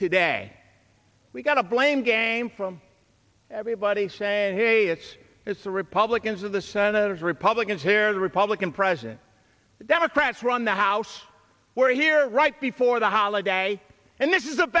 today we got a blame game from everybody saying hey it's it's the republicans of the senator's republicans here the republican president the democrats run the house we're here right before the holiday and this is